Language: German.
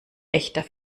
echter